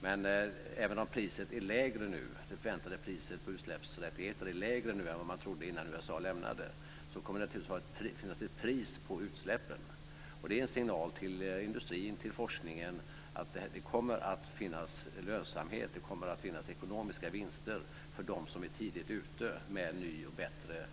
Men även om det förväntade priset på utsläppsrättigheter är lägre nu än vad man trodde innan USA lämnade kommer det naturligtvis att finnas ett pris på utsläppen. Det är en signal till industrin och forskningen om att det kommer att finnas lönsamhet och ekonomiska vinster för dem som är tidigt ute med ny, bättre